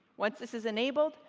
once this is enabled,